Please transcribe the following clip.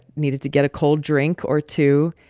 needed to get a cold drink or two.